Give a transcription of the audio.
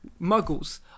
muggles